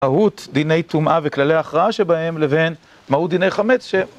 מהות דיני טומאה וכללי הכרעה שבהם, לבין מהות דיני חמץ ש...